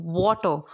water